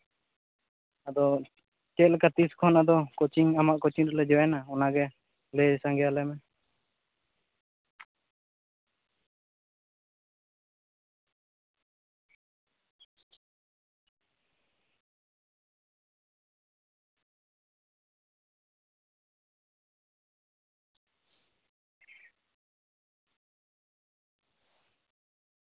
ᱟᱫᱚ ᱪᱮᱫᱞᱮᱠᱟ ᱛᱤᱥ ᱠᱷᱚᱱ ᱟᱫᱚ ᱠᱳᱪᱤᱝ ᱟᱢᱟᱜ ᱠᱳᱪᱤᱝ ᱨᱮᱞᱮ ᱡᱚᱭᱮᱱᱟ ᱚᱱᱟ ᱜᱮ ᱞᱟᱹᱭ ᱥᱟᱸᱜᱮᱭᱟᱞᱮ ᱢᱮ